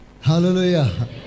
Hallelujah